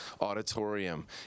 auditorium